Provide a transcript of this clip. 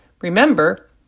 Remember